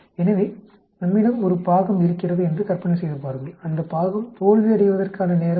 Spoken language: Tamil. எனவே நம்மிடம் ஒரு பாகம் இருக்கிறது என்று கற்பனை செய்து பாருங்கள் அந்த பாகம் தோல்வியடைவதற்கான நேரம் என்ன